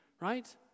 right